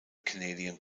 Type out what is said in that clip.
canadian